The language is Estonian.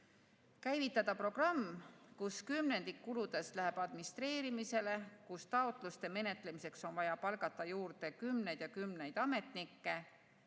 käivitati programm, mille kuludest kümnendik läheb administreerimisele, taotluste menetlemiseks on vaja palgata juurde kümneid ja kümneid ametnikke.